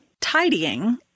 Tidying